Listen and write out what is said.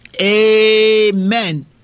Amen